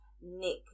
Nick